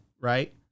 right